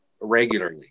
regularly